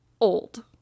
Old